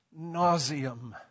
nauseum